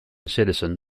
citizen